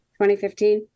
2015